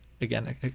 again